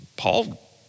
Paul